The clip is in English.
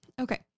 Okay